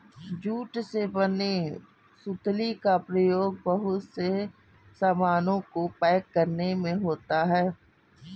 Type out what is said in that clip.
jute से बने सुतली का प्रयोग बहुत से सामानों को पैक करने में होता है